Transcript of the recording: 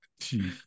jeez